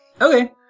Okay